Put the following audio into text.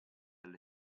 alle